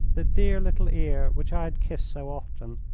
the dear little ear which i had kissed so often.